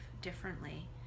differently